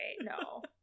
No